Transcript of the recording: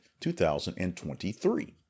2023